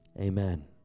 amen